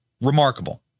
remarkable